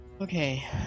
Okay